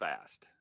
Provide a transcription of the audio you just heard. fast